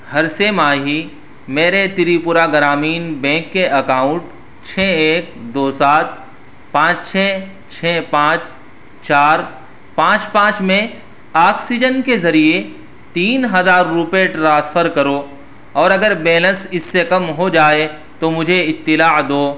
ہر سہ ماہی میرے تریپورہ گرامین بینک کے اکاؤنٹ چھ ایک دو سات پانچ چھ چھ پانچ چار پانچ پانچ میں آکسیجن کے ذریعے تین ہزار روپے ٹرانسفر کرو اور اگر بیلنس اس سے کم ہو جائے تو مجھے اطلاع دو